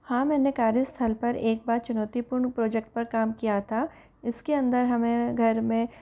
हाँ मैंने कार्यस्थल पर एक बार चुनौतीपूर्ण प्रोजेक्ट पर काम किया था इसके अंदर हमें घर में